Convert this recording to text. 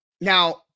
Now